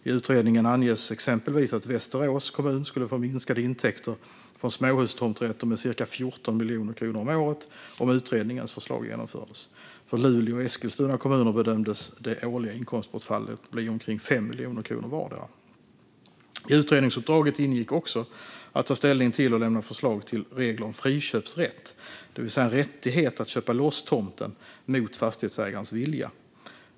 I utredningen anges exempelvis att Västerås kommun skulle få minskade intäkter från småhustomträtter med cirka 14 miljoner kronor om året, om utredningens förslag genomfördes. För Luleå och Eskilstuna kommuner bedömdes det årliga inkomstbortfallet bli omkring 5 miljoner kronor vardera. I utredningsuppdraget ingick också att ta ställning till och lämna förslag till regler om friköpsrätt, det vill säga en rättighet att köpa loss tomten mot fastighetsägarens vilja.